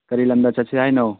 ꯀꯔꯤ ꯂꯝꯗ ꯆꯠꯁꯤ ꯍꯥꯏꯅꯣ